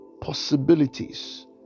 possibilities